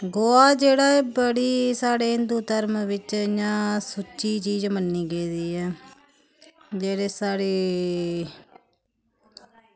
गोहा जेह्ड़ा ऐ बड़ी साढ़े हिंदू धरम बिच्च इ'यां सुच्ची चीज मन्नी गेदी ऐ जेह्ड़े साढ़ी